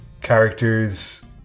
Characters